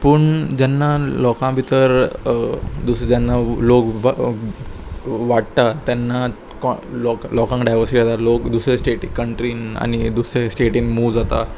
पूण जेन्ना लोकां भितर दुसरें जेन्ना लोक वाडटा तेन्ना लोकांक डायवर्सीट जाता लोक दुसरे स्टेटीक कंट्रीन आनी दुसरे स्टेटीन मूव जाता